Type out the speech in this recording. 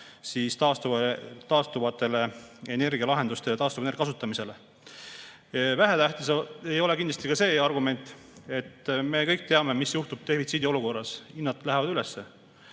üle taastuvatele energialahendustele, taastuvenergia kasutamisele. Vähetähtis ei ole kindlasti ka see argument, et me kõik teame, mis juhtub defitsiidiolukorras: hinnad lähevad üles.